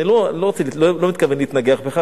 אני לא מתכוון להתנגח בך,